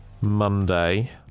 Monday